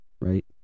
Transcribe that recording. right